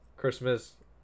Christmas